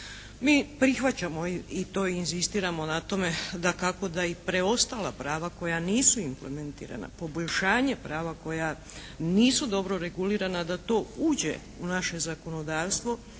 Mi prihvaćamo i to inzistiramo na tome, dakako da i preostala prava koja nisu implementirana, poboljšanje prava koja nisu dobro regulirana, da to uđe u naše zakonodavstvo,